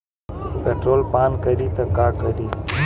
Petrol पान करी त का करी?